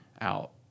out